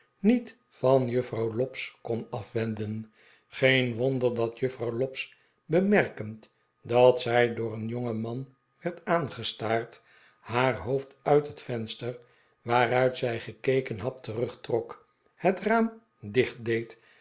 niet van juffrouw lobbs kon afwenden geen wonder dat juffrouw lobbs bemerkend dat zij door een jongen man werd aaiigestaard haar hoofd uit het venster waaruit zij gekeken had terugtrok het raam